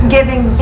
giving